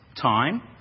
time